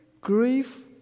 grief